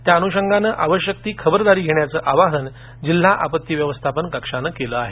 त्या अनुषंगान आवश्यक ती खबरदारी घेण्याचं आवाहन जिल्हा आपत्ती व्यवस्थापन कक्षानं केलं आहे